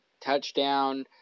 touchdown